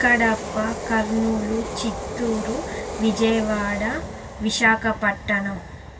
Kadapa Kurnool Chittoor Vijayawada Visakhapatnam